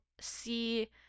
see